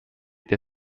der